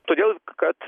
todėl kad